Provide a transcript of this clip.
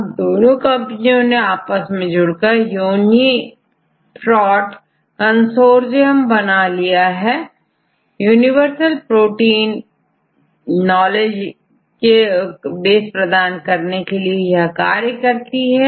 आज दोनों कंपनियां आपस में जुड़ कर कार्य करती हैं यहUniProt कंसोर्सियम के रूप में यूनिवर्सल प्रोटीन नॉलेज बेस प्रदान करती हैं